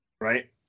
right